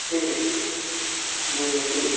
ठीक है जो भी है ठीक